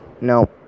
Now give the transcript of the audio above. no